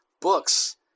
books